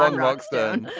um rock stone.